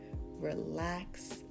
relax